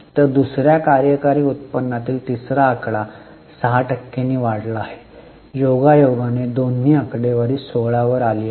तर दुसर्या कार्यकारी उत्पन्नातील तिसरा आकडा 6 टक्क्यांनी वाढला आहे योगायोगाने दोन्ही आकडेवारी 16 वर आली आहे